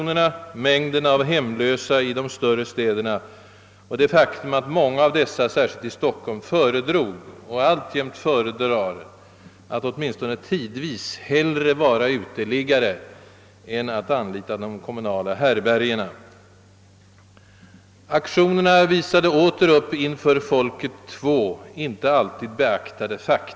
Det var mängden av de hemlösa i de större städerna och det faktum att många av dessa, särskilt i Stockholm, föredrog och alltjämt föredrar att åtminstone tidvis hellre vara uteliggare än anlita de kommunala härbärgena. Aktionerna visade åter upp inför folket två inte alltid beaktade fakta.